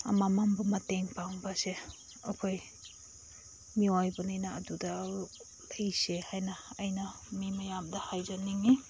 ꯑꯃꯃꯝꯕꯨ ꯃꯇꯦꯡ ꯄꯥꯡꯕꯁꯦ ꯑꯩꯈꯣꯏ ꯃꯤꯑꯣꯏꯕꯅꯤꯅ ꯑꯗꯨꯗ ꯑꯩꯁꯦ ꯍꯥꯏꯅ ꯑꯩꯅ ꯃꯤ ꯃꯌꯥꯝꯗ ꯍꯥꯏꯖꯅꯤꯡꯉꯤ